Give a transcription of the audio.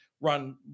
run